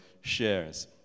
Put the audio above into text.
shares